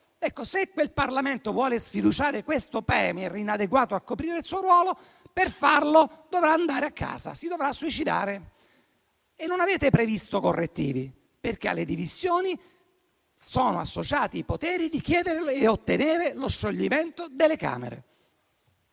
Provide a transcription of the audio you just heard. internazionale di corruzione ed è inadeguato a coprire il suo ruolo, per farlo dovrà andare a casa, si dovrà suicidare. Non avete previsto correttivi perché alle dimissioni sono associati i poteri di chiedere e ottenere lo scioglimento delle Camere.